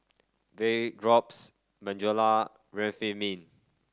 Vapodrops Bonjela Remifemin